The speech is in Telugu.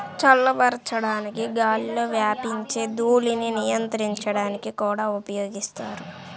చల్లబరచడానికి గాలిలో వ్యాపించే ధూళిని నియంత్రించడానికి కూడా ఉపయోగిస్తారు